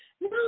No